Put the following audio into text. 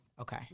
Okay